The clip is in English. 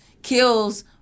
kills